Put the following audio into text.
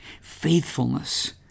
faithfulness